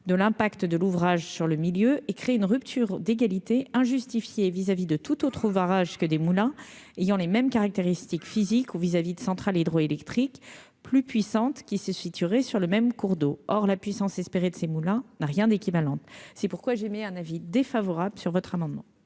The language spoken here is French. de l'impact de l'ouvrage sur le milieu et créent une rupture d'égalité injustifiées vis-à-vis de toute autre ouvrage que des moulins ayant les mêmes caractéristiques physiques vis-à-vis de centrales hydroélectriques plus puissante qui se situerait sur le même cours d'eau, or la puissance espérée de ces moulins n'a rien d'équivalent, c'est pourquoi j'émets un avis défavorable sur votre amendement.